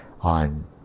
on